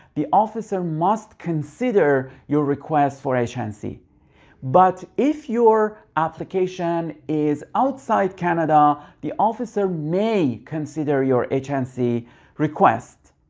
the officer must consider your request for h and c but if your application is outside canada the officer may consider your h and c request.